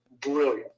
Brilliant